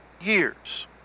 years